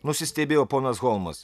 nusistebėjo ponas holmas